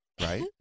right